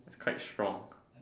its quite strong